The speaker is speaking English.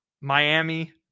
Miami